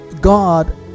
God